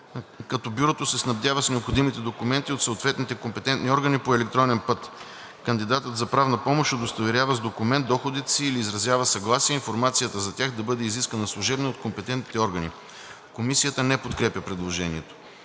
като бюрото се снабдява с необходимите документи от съответните компетентни органи по електронен път. Кандидатът за правна помощ удостоверява с документ доходите си или изразява съгласие информацията за тях да бъде изискана служебно от компетентните органи.“ Комисията не подкрепя предложението.